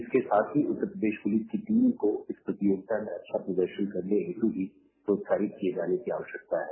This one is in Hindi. इसके साथ ही उत्तर प्रदेश पुलिस टीम को इस प्रतियोगिता में अच्छा प्रदर्शन करने के लिए प्रोत्साहित किए जाने की आवश्यकता है